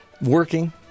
Working